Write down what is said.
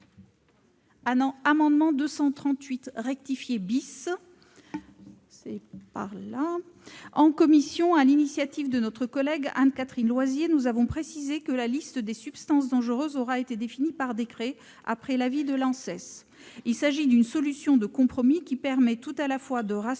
En commission, sur l'initiative de notre collègue Anne-Catherine Loisier, nous avons précisé que la liste des substances dangereuses serait définie par décret après avis de l'Anses. Il s'agit d'une solution de compromis qui permet tout à la fois de rassurer